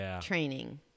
training